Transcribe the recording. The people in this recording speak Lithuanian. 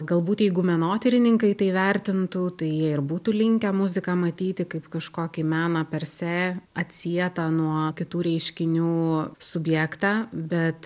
galbūt jeigu menotyrininkai tai vertintų tai ir būtų linkę muziką matyti kaip kažkokį meną per se atsietą nuo kitų reiškinių subjektą bet